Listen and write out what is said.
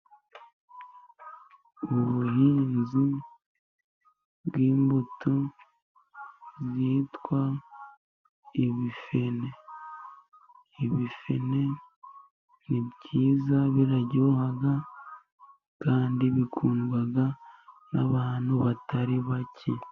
Ubuhinzi bw'imbuto zitwa ibifene. Ibifne ni byiza, biraryoha, kandi bikundwa n'abantu batari bake.